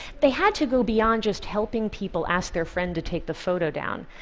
they had to go beyond just helping people ask their friend to take the photo down.